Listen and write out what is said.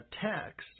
text